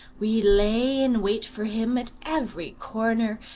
we lay in wait for him at every corner,